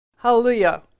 Hallelujah